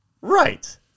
Right